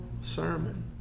sermon